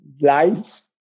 life